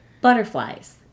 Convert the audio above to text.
butterflies